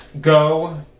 go